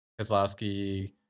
Kozlowski